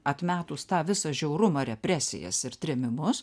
atmetus tą visą žiaurumą represijas ir trėmimus